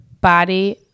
body